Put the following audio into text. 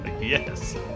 yes